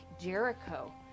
Jericho